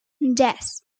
yes